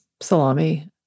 salami